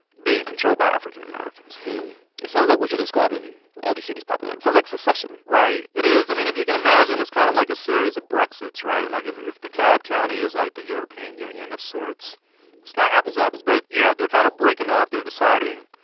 being controlled by african-americans it sounds like what you're describing all these cities popping up it sounds like secession right. it is. i mean, if you can imagine, it's kind of like a series of brexits, right? like, if if dekalb county is like the european union of sorts it's not apples to apples, but yeah. they're kind of breaking off. they're deciding,